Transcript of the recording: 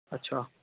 अच्छा